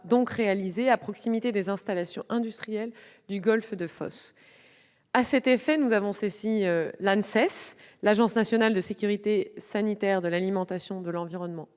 donc réalisée à proximité des installations industrielles du golfe de Fos. À cet effet, nous avons saisi l'ANSES, l'Agence nationale de sécurité sanitaire de l'alimentation, de l'environnement